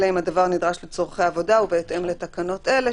אלא אם הדבר נדרש לצרכי עבודה ובהתאם לתקנות אלה,